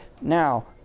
now